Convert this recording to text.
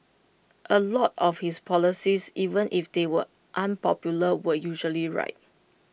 A lot of his policies even if they were unpopular were usually right